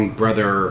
brother